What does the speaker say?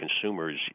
consumers